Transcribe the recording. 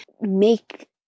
make